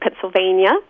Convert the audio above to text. Pennsylvania